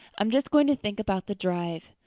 i'm just going to think about the drive.